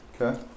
Okay